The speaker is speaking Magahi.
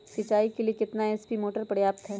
सिंचाई के लिए कितना एच.पी मोटर पर्याप्त है?